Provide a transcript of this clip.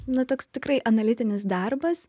na toks tikrai analitinis darbas